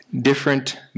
Different